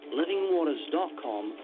livingwaters.com